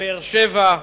באר-שבע,